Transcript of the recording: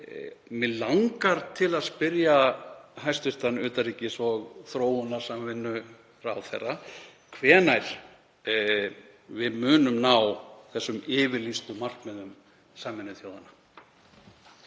Mig langar til að spyrja hæstv. utanríkis- og þróunarsamvinnuráðherra hvenær við munum ná yfirlýstum markmiðum Sameinuðu þjóðanna.